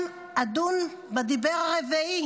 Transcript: על מאות משפחות שאיבדו את היקר להן בטבח ב-7 באוקטובר,